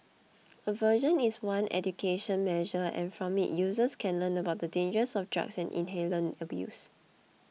aversion is one education measure and from it users can learn about the dangers of drug and inhalant abuse